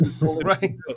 Right